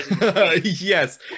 Yes